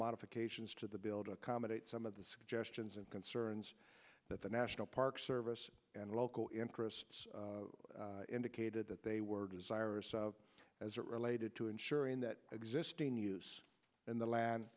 modifications to the building accommodate some of the suggestions and concerns that the national park service and local interests indicated that they were desirous of as it related to ensuring that existing use in the land